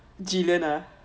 gillian ah